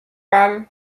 parle